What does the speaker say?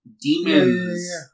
demons